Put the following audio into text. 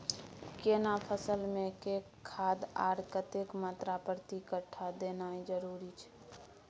केना फसल मे के खाद आर कतेक मात्रा प्रति कट्ठा देनाय जरूरी छै?